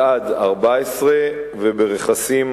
אלעד ורכסים?